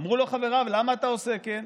אמרו לו חבריו: למה אתה עושה כן?